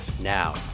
Now